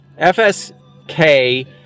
FSK